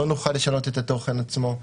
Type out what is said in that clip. לא נוכל לשנות את התוכן עצמו.